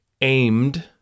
aimed